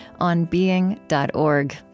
onbeing.org